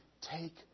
take